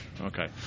Okay